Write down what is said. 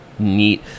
neat